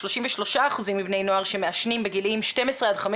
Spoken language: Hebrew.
33% מבני הנוער שמעשנים בגילאים 12 עד 15